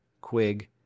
quig